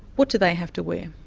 what do they have to wear?